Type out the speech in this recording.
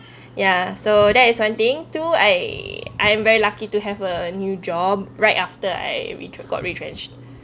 ya so that is one thing two I I'm very lucky to have a new job right after I retrench got retrenched